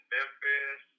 Memphis